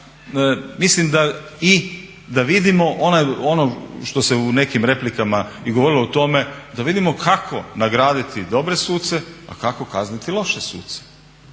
i da vidimo ono što se u nekim replikama i govorilo o tome, da vidimo kako nagraditi dobre suce, a kako kazniti loše suce.